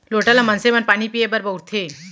लोटा ल मनसे मन पानी पीए बर बउरथे